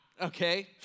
okay